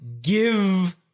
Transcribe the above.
give